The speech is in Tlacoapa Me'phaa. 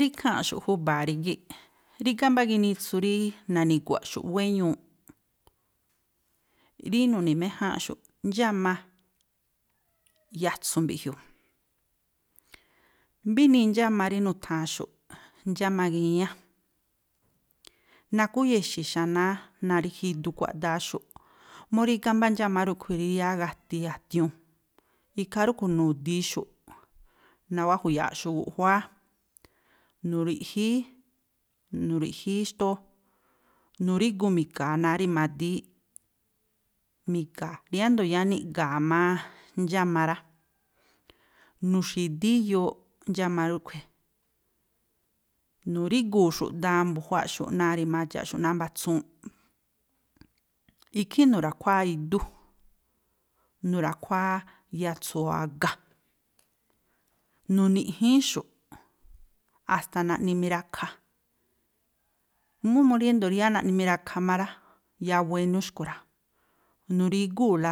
Rí ikháa̱nꞌxu̱ꞌ júba̱a rígíꞌ, rígá mbá ginitsu rí nani̱gua̱ꞌxu̱ꞌ wéñuuꞌ, rí nu̱ni̱méjánꞌxu̱ꞌ, "ndxáma yatsu̱" mbiꞌjiuu. Mbá inii ndxáma rí nutha̱anxu̱ꞌ "ndxáma giñá", nakuá úya̱xi̱ xanáá náa̱ rí judu kuáꞌdáá xu̱ꞌ, mú rígá mbá ndxáma rúꞌkhui̱ rí yáá gati a̱tiu̱n, ikhaa rúꞌkhui̱ nu̱di̱i xu̱ꞌ, nawáꞌ ju̱ya̱a̱ꞌxu̱ꞌ guꞌjuáá, nu̱riꞌjíí, nu̱riꞌjíí xtóó, nu̱rígu mi̱ga̱a̱ náa̱ rimadííꞌ mi̱ga̱a̱. Yáá riándo̱ yáá niꞌga̱a̱ má ndxáma rá, nu̱xi̱díí iyooꞌ ndxáma rúꞌkhui̱, nu̱rígu̱u̱xu̱ꞌ daanꞌ mbu̱juáꞌxu̱ꞌ náa̱ rimadxaꞌxu̱ꞌ náa̱ mba̱tsuunꞌ, ikhí nu̱ra̱khuáá idúꞌ, nu̱ra̱khuáá yatsu̱u̱ a̱ga, nu̱ni̱ꞌjííxu̱ꞌ a̱sta̱ naꞌni mirakha. Mú mu ríándo̱ rí yáá naꞌni miratha má rá, yáá buénú xkui rá. Nu̱rígúu̱la